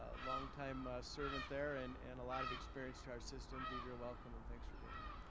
ah long time servant there, and and a lot of experience to our system, diedra, welcome and thanks for being here.